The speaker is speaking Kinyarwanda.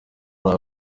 muri